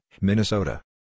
Minnesota